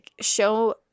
show